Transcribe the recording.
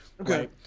Okay